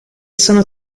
sono